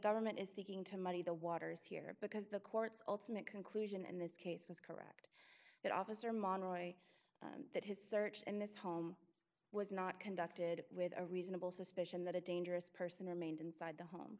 government is seeking to muddy the waters here because the courts ultimate conclusion in this case was correct that officer monroy that his search and this home was not conducted with a reasonable suspicion that a dangerous person remained inside the home